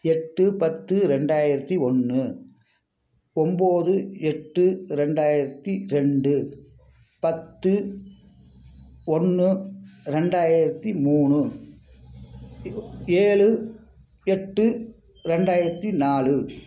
எட்டு பத்து ரெண்டாயிரத்தி ஒன்று ஒம்பது எட்டு ரெண்டாயிரத்தி ரெண்டு பத்து ஒன்னு ரெண்டாயிரத்தி மூணு ஏழு எட்டு ரெண்டாயிரத்தி நாலு